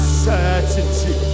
certainty